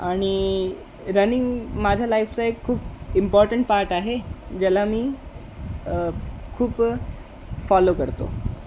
आणि रनिंग माझ्या लाईफचा एक खूप इम्पॉर्टंट पार्ट आहे ज्याला मी खूप फॉलो करतो